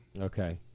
okay